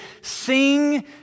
Sing